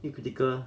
又 critical